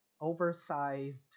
oversized